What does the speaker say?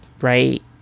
right